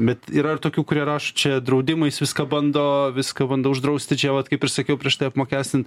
bet yra ir tokių kurie rašo čia draudimais viską bando viską bando uždrausti čia vat kaip ir sakiau prieš tai apmokestint